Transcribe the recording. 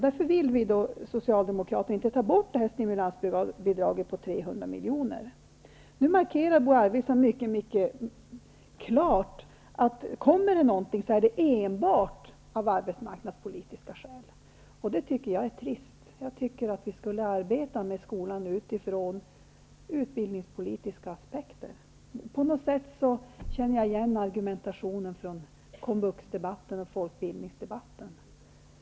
Därför vill vi socialdemokrater inte ta bort detta stimulansbidrag på 300 milj.kr. Bo Arvidson markerade mycket klart att om några pengar kommer att föreslås så är det enbart av arbetsmarknadspolitiska skäl. Det tycker jag är trist. Jag tycker att vi skall arbeta med skolan utifrån utbildningspolitiska aspekter. På något sätt känner jag igen denna argumentation från komvuxdebatten och folkbildningsdebatten.